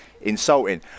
insulting